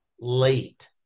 late